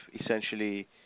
essentially